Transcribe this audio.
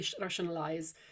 rationalize